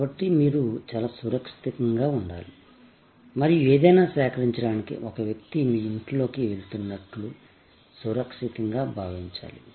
కాబట్టి మీరు చాలా సురక్షితంగా ఉండాలి మరియు ఏదైనా సేకరించడానికి ఒక వ్యక్తి మీ ఇంట్లోకి వెళ్తున్నట్లు సురక్షితంగా భావించాలి